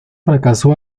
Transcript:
fracasó